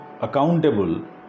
accountable